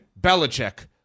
Belichick